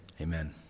Amen